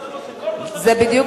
שיַחזור בו.